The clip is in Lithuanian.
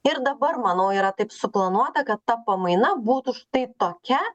ir dabar manau yra taip suplanuota kad ta pamaina būtų štai tokia